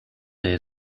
day